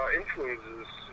influences